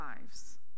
lives